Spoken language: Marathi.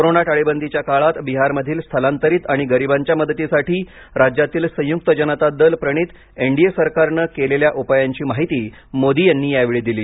कोरोना लॉकडाउनच्या काळात बिहारीमधील स्थलांतरित आणि गरिबांच्या मदतीसाठी राज्यातील संयुक्त जनता दल प्रणित एनडीए सरकारनं केलेल्या उपायांची माहिती मोदी यांनी यावेळी दिली